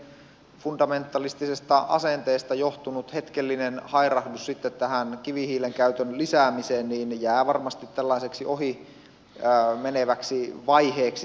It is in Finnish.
tämä vihreiden fundamentalistisesta asenteesta johtunut hetkellinen hairahdus kivihiilen käytön lisäämiseen jää varmasti tällaiseksi ohimeneväksi vaiheeksi